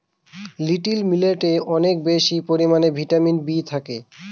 little মিলেটে অনেক বেশি পরিমানে ভিটামিন বি থাকে